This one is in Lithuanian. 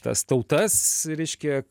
tas tautas reiškia